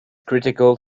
critical